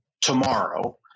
tomorrow